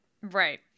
right